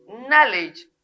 knowledge